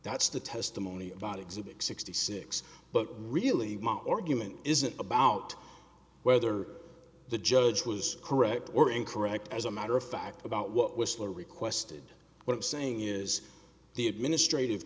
that's the testimony about exhibit sixty six but really my argument isn't about whether the judge was correct or incorrect as a matter of fact about what whistler requested but saying is the administrative